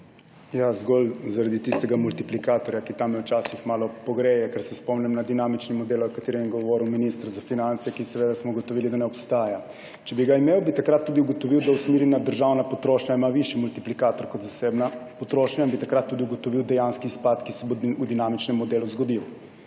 zgolj zaradi tistega multiplikatorja, ki včasih malo pogreje, ker se spomnim na dinamični model, o katerem je govoril minister za finance, za katerega smo ugotovili, da ne obstaja. Če bi ga imel, bi takrat tudi ugotovil, da ima usmerjena državna potrošnja višji multiplikator kot zasebna potrošnja, in bi takrat tudi ugotovil dejanski izpad, ki se bo v dinamičnem modelu zgodil.